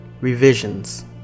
Revisions